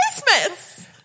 Christmas